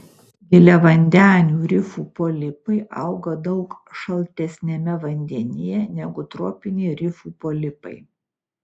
giliavandenių rifų polipai auga daug šaltesniame vandenyje negu tropiniai rifų polipai